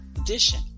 edition